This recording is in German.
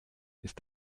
ist